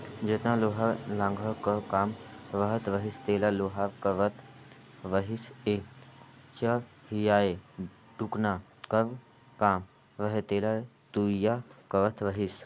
जेतना लोहा लाघड़ कर काम रहत रहिस तेला लोहार करत रहिसए चरहियाए टुकना कर काम रहें तेला तुरिया करत रहिस